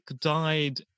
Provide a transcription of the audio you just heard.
died